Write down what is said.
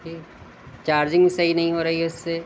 charging بھی صحیح نہیں ہو رہی ہے اس سے